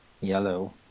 yellow